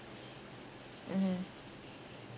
mmhmm